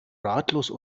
ratlos